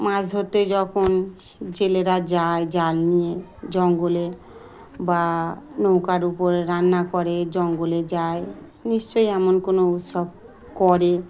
মাছ ধরতে যখন জেলেরা যায় জাল নিয়ে জঙ্গলে বা নৌকার উপরে রান্না করে জঙ্গলে যায় নিশ্চয়ই এমন কোনো উৎসব করে